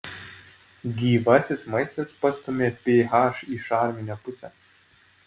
gyvasis maistas pastumia ph į šarminę pusę